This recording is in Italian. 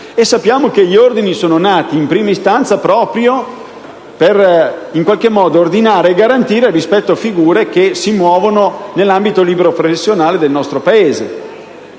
sappiamo che gli ordini sono nati in prima istanza proprio per ordinare e garantire figure che si muovevano nell'ambito libero-professionale del nostro Paese.